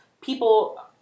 people